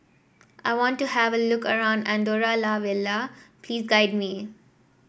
I want to have a look around Andorra La Vella please guide me